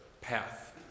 path